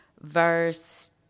verse